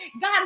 God